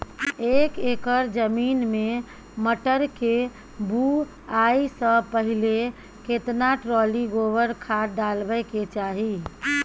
एक एकर जमीन में मटर के बुआई स पहिले केतना ट्रॉली गोबर खाद डालबै के चाही?